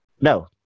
No